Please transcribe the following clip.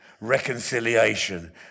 reconciliation